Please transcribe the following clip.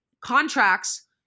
contracts